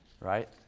Right